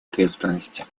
ответственности